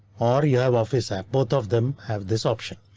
audio office app. both of them have this option.